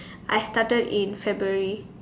I started in February